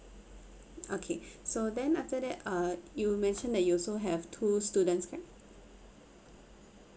okay so then after that uh you mentioned that you also have two students card